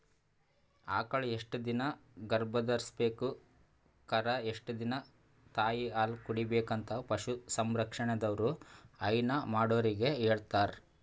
ಆಕಳ್ ಎಷ್ಟ್ ದಿನಾ ಗರ್ಭಧರ್ಸ್ಬೇಕು ಕರಾ ಎಷ್ಟ್ ದಿನಾ ತಾಯಿಹಾಲ್ ಕುಡಿಬೆಕಂತ್ ಪಶು ಸಂರಕ್ಷಣೆದವ್ರು ಹೈನಾ ಮಾಡೊರಿಗ್ ಹೇಳಿರ್ತಾರ್